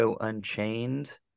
Unchained